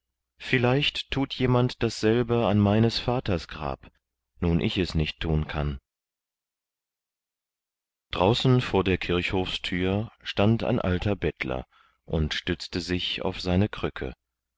vielleicht thut jemand dasselbe an meines vaters grab nun ich es nicht thun kann draußen vor der kirchhofsthür stand ein alter bettler und stützte sich auf seine krücke